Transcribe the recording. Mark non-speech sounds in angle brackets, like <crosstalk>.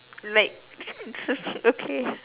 like <noise> okay